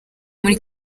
muri